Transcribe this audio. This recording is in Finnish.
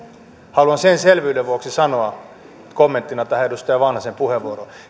haluan sen selvyyden vuoksi sanoa kommenttina tähän edustaja vanhasen puheenvuoroon